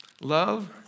Love